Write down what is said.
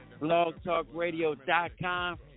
blogtalkradio.com